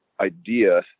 idea